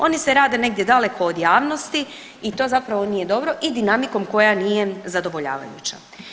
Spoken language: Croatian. Oni se rade negdje daleko od javnosti i to zapravo nije dobro i dinamikom koja nije zadovoljavajuća.